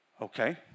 Okay